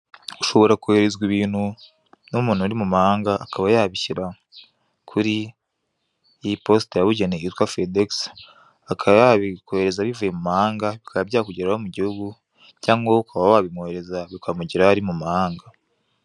Ushobora kohererezwa ibintu n'umuntu uri mu mahanga akaba yabishyira kuri iyi posita yabugeneye yitwa FedEx, akaba yabikoherereza bivuye mu mahanga bikaba byakugeraho mu gihugu cyangwa wowe ukaba wabimwoherereza bikamugeraho ari mu mahanga.